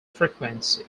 frequency